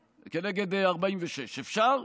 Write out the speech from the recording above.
46. אפשר?